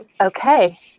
Okay